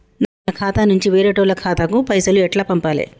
నా ఖాతా నుంచి వేరేటోళ్ల ఖాతాకు పైసలు ఎట్ల పంపాలే?